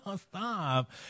stop